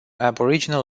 aboriginal